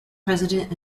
president